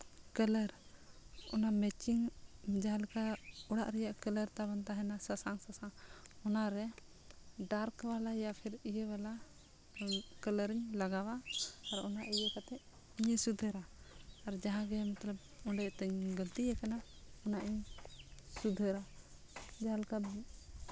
colour ᱚᱱᱟ matching ᱡᱟᱦᱟᱸ ᱞᱮᱠᱟ ᱚᱲᱟᱜ ᱨᱮᱭᱟᱜ ᱠᱟᱞᱟᱨ ᱛᱟᱢ ᱛᱟᱦᱮᱱᱟ ᱥᱟᱥᱟᱝ ᱥᱟᱥᱟᱝ ᱚᱱᱟᱨᱮ ᱰᱟᱨᱠ ᱵᱟᱞᱟᱭᱟ ᱯᱷᱤᱨ ᱤᱭᱟᱹ ᱵᱟᱞᱟ ᱠᱟᱞᱟᱨᱤᱧ ᱞᱟᱜᱟᱣᱟ ᱟᱨ ᱚᱱᱟ ᱤᱭᱟᱹ ᱠᱟᱛᱮᱫ ᱤᱧᱤᱧ ᱥᱩᱫᱷᱟᱹᱨᱟ ᱟᱨ ᱡᱟᱦᱟᱸᱜᱮ ᱢᱚᱛᱞᱚᱵᱽ ᱚᱸᱰᱮ ᱛᱤᱧ ᱜᱟᱞᱛᱤᱭᱟᱠᱟᱱᱟ ᱚᱱᱟ ᱤᱧ ᱥᱩᱫᱷᱟᱹᱨᱟ ᱡᱟᱦᱟᱸ ᱞᱮᱠᱟ